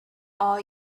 all